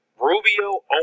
Rubio